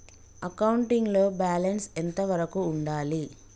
Accounting లో balance ఎంత వరకు ఉండాలి?